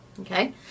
Okay